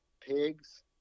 pigs